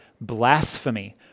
blasphemy